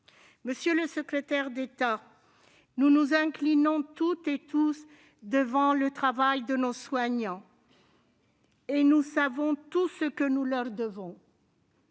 Monsieur le secrétaire d'État, nous nous inclinons toutes et tous devant le travail de nos soignants et nous savons tout ce que nous leur devons.